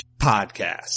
Podcast